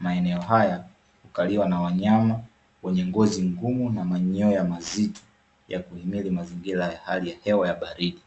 Maeneo haya ukaliwa na wanyama wenye ngozi ngumu na manyoya mazito ya kuhimili mazingira ya hali ya hewa ya baridi.